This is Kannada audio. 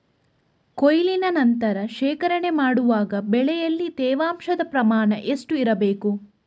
ಕೊಯ್ಲಿನ ನಂತರ ಶೇಖರಣೆ ಮಾಡುವಾಗ ಬೆಳೆಯಲ್ಲಿ ತೇವಾಂಶದ ಪ್ರಮಾಣ ಎಷ್ಟು ಇರಬೇಕು?